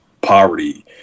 poverty